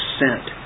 sent